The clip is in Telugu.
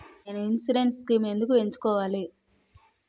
నేను ఇన్సురెన్స్ స్కీమ్స్ ఎందుకు ఎంచుకోవాలి?